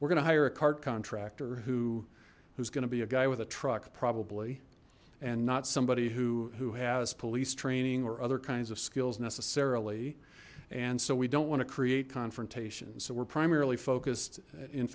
we're gonna hire a cart contractor who who's going to be a guy with a truck probably and not somebody who who has police training or other kinds of skills necessarily and so we don't want to create confrontations so we're primarily focused in